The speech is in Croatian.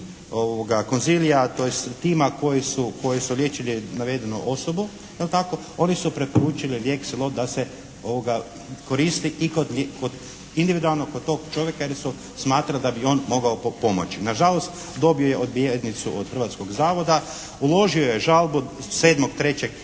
konzilija, tj. tima koji su liječili navedenu osobu oni su preporučili lijek Xelot da se koristi i kod individualno kod tog čovjeka jer su smatrali da bi on mogao potpomoći. Na žalost dobio je odbijenicu od Hrvatskog zavoda, uložio je žalbu